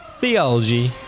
theology